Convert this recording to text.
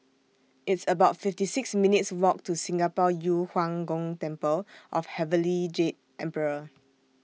It's about fifty six minutes' Walk to Singapore Yu Huang Gong Temple of Heavenly Jade Emperor